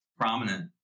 Prominent